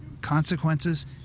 consequences